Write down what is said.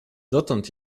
dotąd